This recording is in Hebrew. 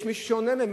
יש מישהו שעונה להם,